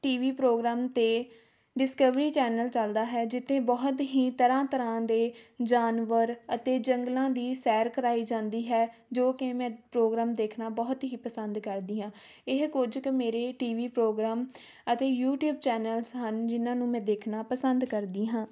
T V program 'ਤੇ discovery channel ਚੱਲਦਾ ਹੈ ਜਿੱਥੇ ਬਹੁਤ ਹੀ ਤਰ੍ਹਾਂ ਤਰ੍ਹਾਂ ਦੇ ਜਾਨਵਰ ਅਤੇ ਜੰਗਲਾਂ ਦੀ ਸੈਰ ਕਰਵਾਈ ਜਾਂਦੀ ਹੈ ਜੋ ਕਿ ਮੈਂ ਪ੍ਰੋਗਰਾਮ ਦੇਖਣਾ ਬਹੁਤ ਹੀ ਪਸੰਦ ਕਰਦੀ ਹਾਂ ਇਹ ਕੁਝ ਕੁ ਮੇਰੇ ਟੀ ਵੀ ਪ੍ਰੋਗਰਾਮ ਅਤੇ ਯੂਟੀਊਬ ਚੈਨਲਸ ਹਨ ਜਿੰਨਾਂ ਨੂੰ ਮੈਂ ਦੇਖਣਾ ਪਸੰਦ ਕਰਦੀ ਹਾਂ